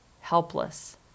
helpless